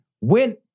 went